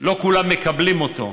שלא כולם מקבלים אותו.